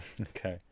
Okay